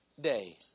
day